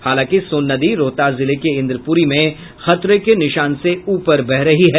हालांकि सोन नदी रोहतास जिले के इन्द्रपुरी में खतरे के निशान से ऊपर बह रही है